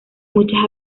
muchas